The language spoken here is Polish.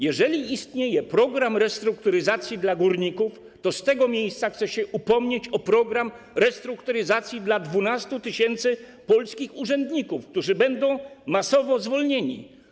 Jeżeli istnieje program restrukturyzacji dla górników, to z tego miejsca chcę się upomnieć o program restrukturyzacji dla 12 tys. polskich urzędników, którzy zostaną masowo zwolnieni.